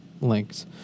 links